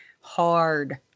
hard